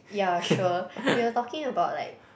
ya sure we were talking about like